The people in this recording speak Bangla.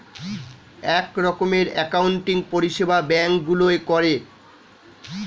এক রকমের অ্যাকাউন্টিং পরিষেবা ব্যাঙ্ক গুলোয় করে